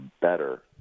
better